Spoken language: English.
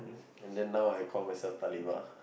and then now I call myself Talibah